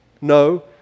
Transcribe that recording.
No